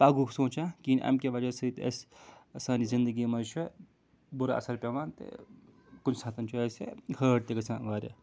پَگو سونٛچان کِہیٖنۍ اَمہِ کہِ وجہ سۭتۍ اَسہِ سانہِ زِندگی منٛز چھُ بُرٕ اَثر پٮ۪وان تہٕ کُنہِ ساتہٕ چھُ اَسہِ ہٲٹ تہِ گژھان واریاہ